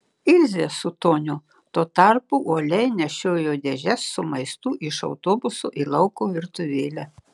ilzė su toniu tuo tarpu uoliai nešiojo dėžes su maistu iš autobuso į lauko virtuvėlę